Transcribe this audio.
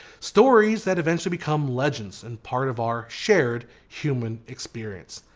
stories that eventually become legends and part of our shared human experience.